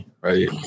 Right